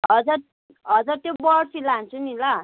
हजुर हजुर त्यो बर्फी लान्छु नि ल